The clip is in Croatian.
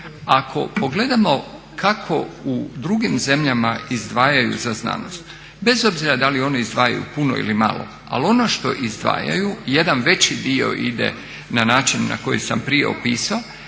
Ako pogledamo kako u drugim zemljama izdvajaju za znanost, bez obzira da li oni izdvajaju puno ili malo ali ono što izdvajaju jedan veći dio ide na način na koji sam prije opisao,